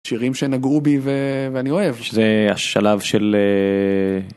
שירים שנגgו בי ואני אוהב, שזה השלב של